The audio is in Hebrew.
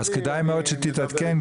אז כדאי מאד שתתעדכן,